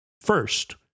First